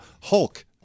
Hulk